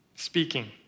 Speaking